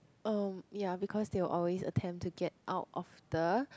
um ya because they will always attempt to get out of the